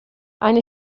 eine